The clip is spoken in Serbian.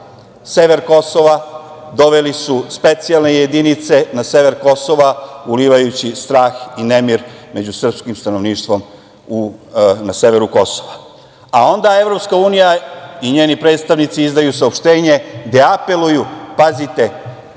sever Kosova. Doveli su specijalne jedinice na sever Kosova, ulivajući strah i nemir među srpskim stanovništvom na severu Kosova. Onda, EU i njeni predstavnici izdaju saopštenje gde apeluju, pazite,